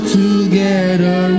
together